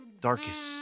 darkest